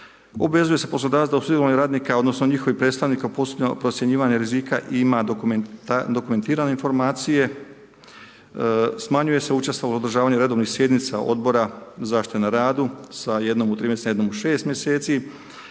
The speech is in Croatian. Obvezuje se poslodavac da u … radnika, odnosno njihovih predstavnika … procjenjivanje rizika ima dokumentirane informacije. Smanjuje se učestvovanje, održavanje redovnih sjednica odbora zaštite na radu sa jednom u 3, sa jednom u 6 mjeseci.